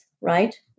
right